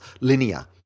linear